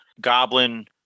goblin